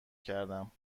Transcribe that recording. کردم